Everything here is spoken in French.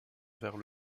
vers